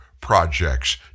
Projects